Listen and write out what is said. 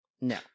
No